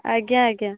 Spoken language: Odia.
ଆଜ୍ଞା ଆଜ୍ଞା